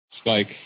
Spike